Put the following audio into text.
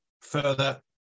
further